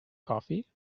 coffee